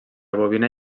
bovina